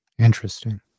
Interesting